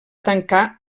tancar